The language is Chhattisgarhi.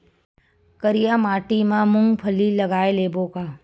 करिया माटी मा मूंग फल्ली लगय लेबों का?